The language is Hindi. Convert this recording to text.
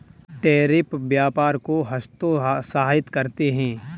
टैरिफ व्यापार को हतोत्साहित करते हैं